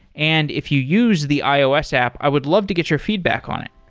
and if you use the ios app, i would love to get your feedback on it.